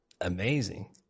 amazing